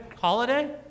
holiday